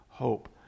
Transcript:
hope